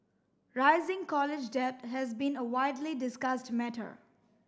rising college debt has been a widely discussed matter